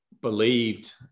believed